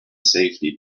safety